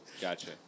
Gotcha